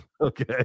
Okay